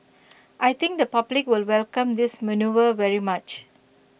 I think the public will welcome this manoeuvre very much